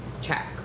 check